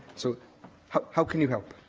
so how can you help?